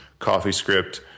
CoffeeScript